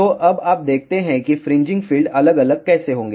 तो अब हम देखते हैं कि फ्रिंजिंग फील्ड अलग अलग कैसे होंगे